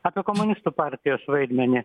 apie komunistų partijos vaidmenį